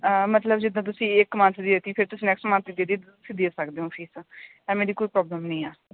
ਮਤਲਬ ਜਿੱਦਾਂ ਤੁਸੀਂ ਇੱਕ ਮੰਥ ਦੀ ਦੇ ਦਿੱਤੀ ਫਿਰ ਤੁਸੀਂ ਨੈਕਸਟ ਮੰਥ ਦੇ ਦਿੱਤੀ ਇੱਦਾਂ ਤੁਸੀਂ ਦੇ ਸਕਦੇ ਹੋ ਫੀਸ ਤਾਂ ਐਵੇਂ ਦੀ ਕੋਈ ਪ੍ਰੋਬਲਮ ਨਹੀਂ ਆ